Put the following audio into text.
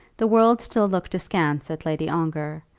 the world still looked askance at lady ongar,